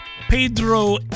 Pedro